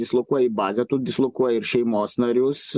dislokuoji bazę tu dislokuoji ir šeimos narius